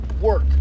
work